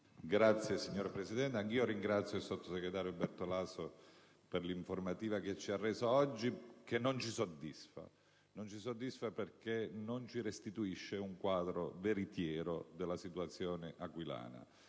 *(PD)*. Signora Presidente, anche io ringrazio il sottosegretario Bertolaso per l'informativa che ci ha reso oggi, che non ci soddisfa, perché non ci restituisce un quadro veritiero della situazione aquilana,